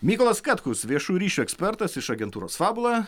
mykolas katkus viešųjų ryšių ekspertas iš agentūros fabula